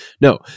No